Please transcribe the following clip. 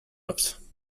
offs